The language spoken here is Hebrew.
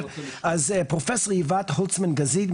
פרופ' יפעת הולצמן גזית,